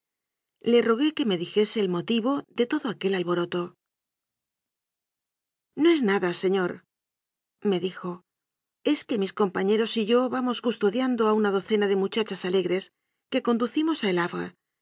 le rogué que me dijese el mo tivo de todo aquel alboroto no es nada señorme dijo es que mis com pañeros y yo vamos custodiando a una docena de muchachas alegres que conducimos al havre